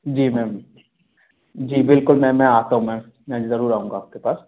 जी ma'am जी बिल्कुल ma'am मैं आता हूँ मैम मैं ज़रूर आऊँगा आपके पास